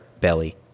belly